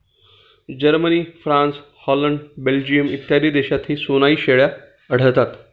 Germany, France, Holland, Belgium इत्यादी देशांतही सनोई शेळ्या आढळतात